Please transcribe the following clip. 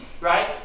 right